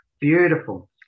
beautiful